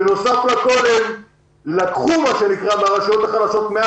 ובנוסף לכול הם לקחו מן הרשויות החלשות 150